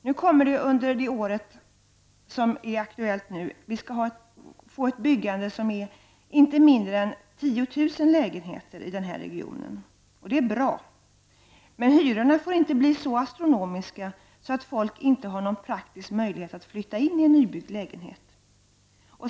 Nu kommer det under året i gång ett byggande på inte mindre än 10 000 lägenheter i regionen och det är bra. Men hyrorna får inte bli så astronomiska att folk inte har någon praktisk möjlighet att flytta in i en nybyggd lägenhet.